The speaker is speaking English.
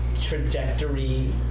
trajectory